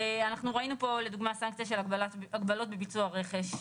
אנחנו ראינו פה לדוגמה סנקציה של הגבלות בביצוע רכש,